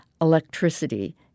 electricity